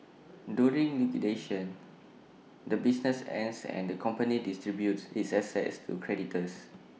during liquidation the business ends and the company distributes its assets to creditors